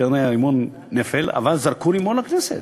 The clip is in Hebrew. כי הוא היה רימון נפל, אבל זרקו רימון לכנסת